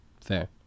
Fair